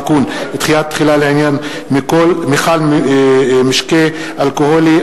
(תיקון) (דחיית תחילה לעניין מכל משקה אלכוהולי),